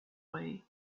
way